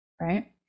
right